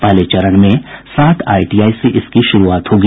पहले चरण में साठ आईटीआई से इसकी शुरूआत होगी